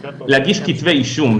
להגיש כתבי אישום.